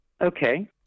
Okay